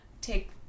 take